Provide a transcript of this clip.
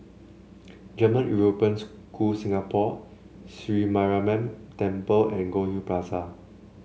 German European School Singapore Sri Mariamman Temple and Goldhill Plaza